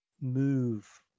move